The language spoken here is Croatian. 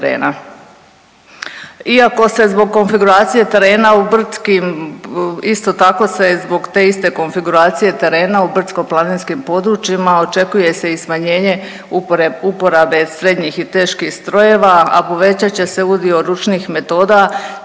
se zbog konfiguracije terena u brdskim, isto tako se zbog te iste konfiguracije terena u brdsko-planinskim područjima očekuje se i smanjenje uporabe srednjih i teških strojeva, a povećat će se udio ručnih metoda